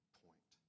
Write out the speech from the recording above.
point